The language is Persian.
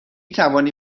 توانی